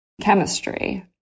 chemistry